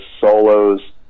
solos